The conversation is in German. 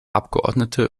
abgeordnete